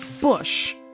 bush